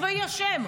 אלוהים ישמור.